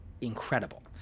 incredible